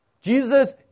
Jesus